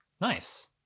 Nice